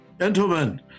Gentlemen